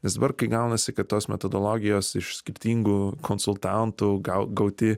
nes dabar kai gaunasi kad tos metodologijos iš skirtingų konsultantų gal gauti